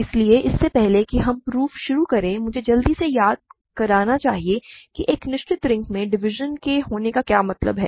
इसलिए इससे पहले कि हम प्रूफ शुरू करें मुझे जल्दी से याद करना चाहिए कि एक निश्चित रिंग में डिवीज़न के होने का क्या मतलब है